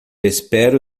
espero